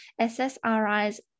SSRI's